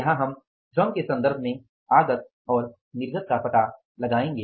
यहां हमें श्रम के सन्दर्भ में आगत और निर्गत का पता लगाना है